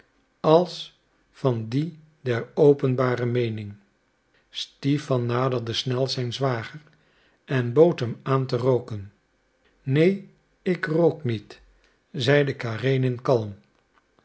als van die der openbare meening stipan naderde snel zijn zwager en bood hem aan te rooken neen ik rook niet zeide karenin kalm